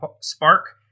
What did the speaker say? Spark